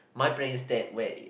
my brain is dead way